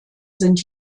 sind